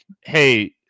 hey